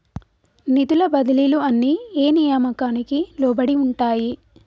నిధుల బదిలీలు అన్ని ఏ నియామకానికి లోబడి ఉంటాయి?